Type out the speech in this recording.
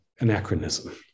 Anachronism